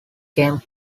came